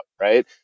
right